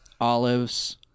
Olives